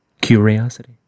Curiosity